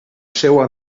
seua